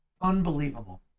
Unbelievable